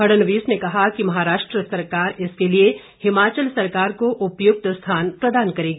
फड़नवीस ने कहा कि महाराष्ट्र सरकार इसके लिए हिमाचल सरकार को उपयुक्त स्थान प्रदान करेगी